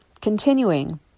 continuing